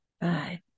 Bye